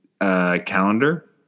calendar